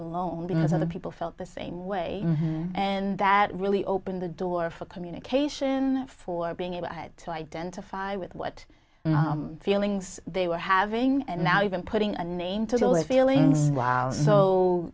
alone because other people felt the same way and that really opened the door for communication for being able to identify with what feelings they were having and now even putting a name to live feelings w